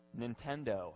Nintendo